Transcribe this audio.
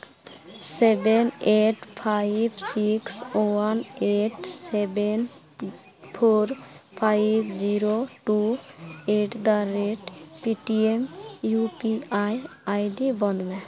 seven eight five six one eight seven four five zero two at the rate Paytm U P ID ᱵᱚᱱᱫᱷ ᱢᱮ